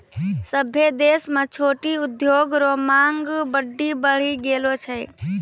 सभ्भे देश म छोटो उद्योग रो मांग बड्डी बढ़ी गेलो छै